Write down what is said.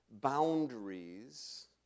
boundaries